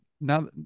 now